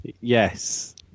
Yes